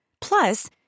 Plus